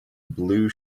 blue